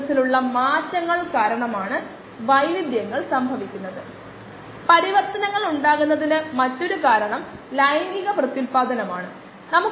xv0xv5 മറ്റൊരു വിധത്തിൽ പറഞ്ഞാൽ 100 ശതമാനം മുതൽ 20 ശതമാനം വരെ